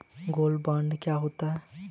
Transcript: Gold bond क्या होता है?